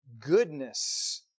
goodness